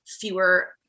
fewer